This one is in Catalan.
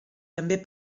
també